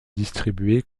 distribuées